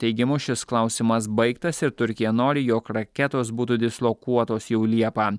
teigimu šis klausimas baigtas ir turkija nori jog raketos būtų dislokuotos jau liepą